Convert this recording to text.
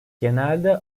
genelde